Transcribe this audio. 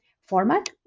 format